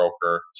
broker